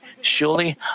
Surely